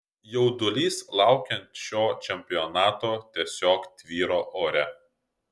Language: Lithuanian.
jaudulys laukiant šio čempionato tiesiog tvyro ore